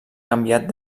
canviat